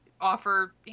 offer